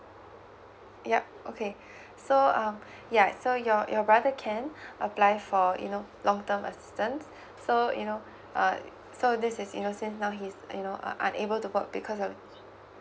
yup okay so um ya so your your brother can apply for you know long term assistance so you know uh so this is you know since now he is you know un~ unable to work because of